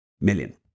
million